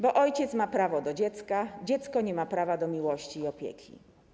Bo ojciec ma prawo do dziecka, dziecko nie ma prawa do miłości i opieki.